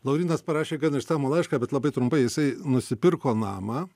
laurynas parašė gan išsamų laišką bet labai trumpai jisai nusipirko namą